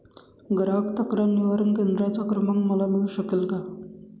ग्राहक तक्रार निवारण केंद्राचा क्रमांक मला मिळू शकेल का?